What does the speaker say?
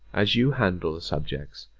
as you handle the subjects.